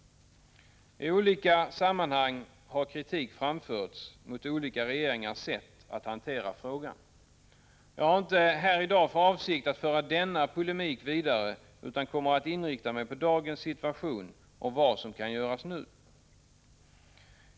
I skilda sammanhang har kritik framförts mot olika regeringars sätt att hantera frågan. Jag har inte för avsikt att nu ta upp denna polemik utan kommer att inrikta mig på dagens situation och på vad som kan göras nu.